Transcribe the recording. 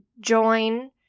join